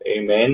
Amen